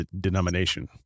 denomination